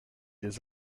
des